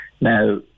Now